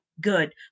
good